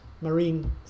marine